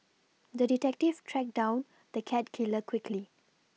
the detective tracked down the cat killer quickly